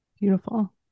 Beautiful